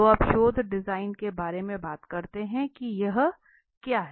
तो अब शोध डिजाइन के बारे में बात करते हैं की यह क्या है